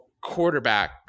quarterback